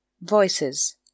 Voices